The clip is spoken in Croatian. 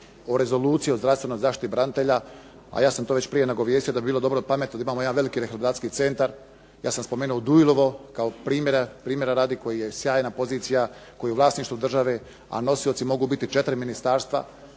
o rezoluciji o zdravstvenoj zaštiti branitelja. A ja sam to već prije nagovijesti da bi bilo dobro i pametno da imamo jedan veliki rehabilitacijski centar. Ja sam spomenuo Duilovo kao primjera radi koja je sjajna pozicija, koji je u vlasništvu države, a nosioci mogu biti 4 ministarstva